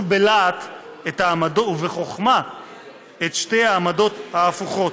בלהט ובחוכמה את שתי העמדות ההפוכות.